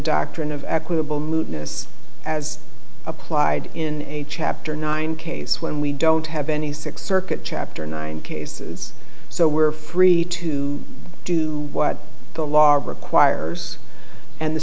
doctrine of equitable mootness as applied in chapter nine case when we don't have any six circuit chapter nine cases so we're free to do what the law requires and the